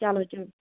چلو چلو